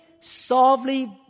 softly